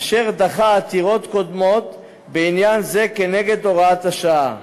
אשר דחה עתירות קודמות בעניין זה כנגד הוראת השעה.